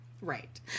right